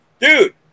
dude